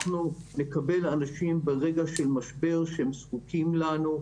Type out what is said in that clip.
אנחנו נקבל אנשים ברגע של משבר שהם זקוקים לנו,